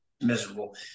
Miserable